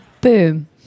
boom